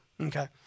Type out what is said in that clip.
Okay